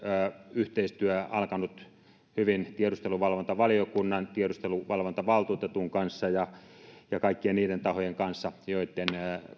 yhteistyö alkanut hyvin tiedusteluvalvontavaliokunnan tiedusteluvalvontavaltuutetun ja ja kaikkien niiden tahojen kanssa joitten